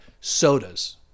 sodas